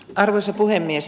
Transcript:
arvoisa puhemies